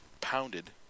pounded